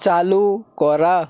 চালু করা